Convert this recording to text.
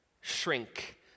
shrink